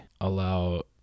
allow